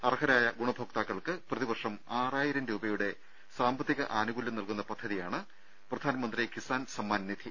അർഹരായ ഗുണഭോക്താക്കൾക്ക് പ്രതിവർഷം ആറായിരം രൂപയുടെ സാമ്പത്തിക ആനുകൂല്യം നൽകുന്ന പദ്ധതിയാണ് പിഎം കിസാൻ സമ്മാൻനിധി